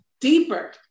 deeper